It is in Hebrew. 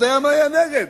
ודיין היה נגד.